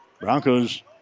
Broncos